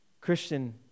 Christian